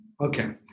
Okay